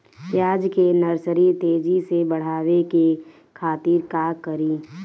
प्याज के नर्सरी तेजी से बढ़ावे के खातिर का करी?